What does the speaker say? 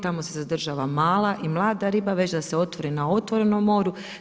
Tamo se zadržava mala i mlada riba već da se lovi na otvorenom moru.